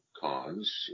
cons